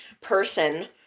person